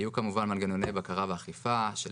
יהיו כמובן מנגנוני בקרה ואכיפה של